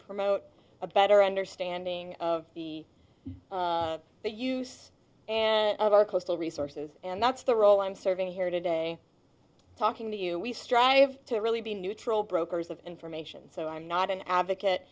promote a better understanding of the use and of our coastal resources and that's the role i'm serving here today talking to you we strive to really be neutral brokers of information so i'm not an advocate